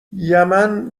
یمن